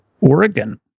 Oregon